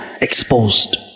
exposed